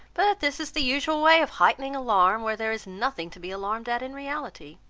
but this is the usual way of heightening alarm, where there is nothing to be alarmed at in reality.